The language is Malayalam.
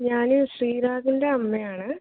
ഞാൻ ശ്രീരാഗിൻ്റെ അമ്മയാണ്